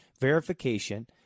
verification